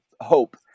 hope